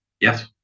Yes